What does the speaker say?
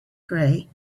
grey